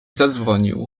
zadzwonił